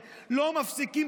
שלא מפסיקים,